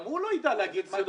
גם הוא לא ידע להגיד מה יקרה.